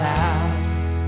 house